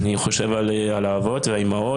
אני חושב על האבות והאימהות.